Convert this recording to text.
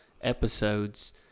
episodes